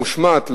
שמושמעת לו.